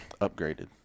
Upgraded